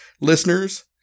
listeners